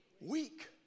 Weak